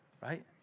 Right